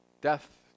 Death